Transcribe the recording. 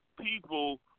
people